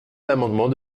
l’amendement